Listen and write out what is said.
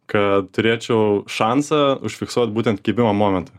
kad turėčiau šansą užfiksuot būtent kibimo momentą